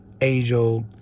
age-old